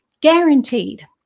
Guaranteed